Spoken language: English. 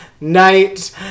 night